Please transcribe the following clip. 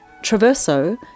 traverso